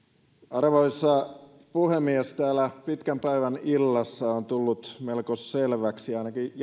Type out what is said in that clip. arvoisa puhemies täällä pitkän päivän illassa on tullut melko selväksi ainakin jäljellä